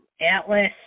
Atlas